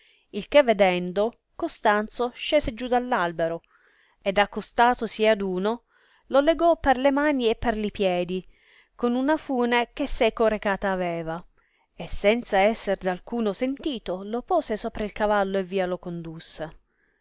il che vedendo costanzo scese giù dell albero ed accostatosi ad uno lo legò per le mani e per li piedi con una fune che seco recata aveva e senza esser d alcuno sentito lo pose sopra il cavallo e via lo condusse